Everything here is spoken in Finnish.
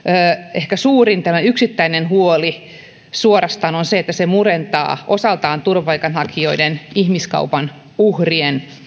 ehkä suurin tällainen yksittäinen huoli on se että se suorastaan murentaa osaltaan turvapaikanhakijoiden ihmiskaupan uhrien